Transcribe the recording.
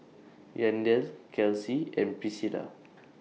Yandel Kelsi and Pricilla